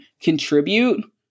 contribute